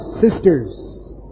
sisters